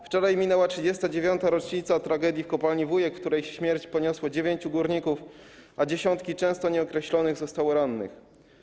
Wczoraj minęła 39. rocznica tragedii w kopalni Wujek, w której śmierć poniosło dziewięciu górników, a dziesiątki, często nieokreślonych, zostało rannych.